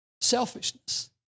Selfishness